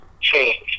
change